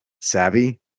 Savvy